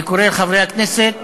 אני קורא לחברי הכנסת